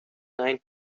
nine